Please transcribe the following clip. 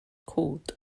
cwd